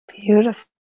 beautiful